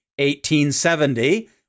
1870